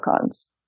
cons